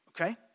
okay